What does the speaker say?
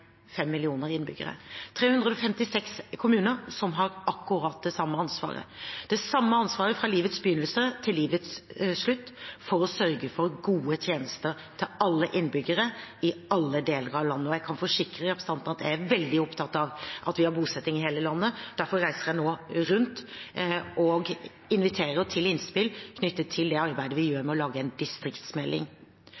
millioner innbyggere. Det er 356 kommuner som har akkurat det samme ansvaret, det samme ansvaret fra livets begynnelse til livets slutt, for å sørge for gode tjenester til alle innbyggere i alle deler av landet. Jeg kan forsikre representanten om at jeg er veldig opptatt av at vi har bosetting i hele landet. Derfor reiser jeg nå rundt og inviterer til innspill knyttet til det arbeidet vi gjør